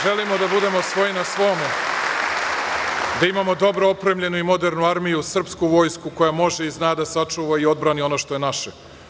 Želimo da budemo svoj na svome, da imamo dobro opremljenu i modernu armiju, srpsku vojsku koja zna i može da sačuva i odbrani ono što je naše.